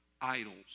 idols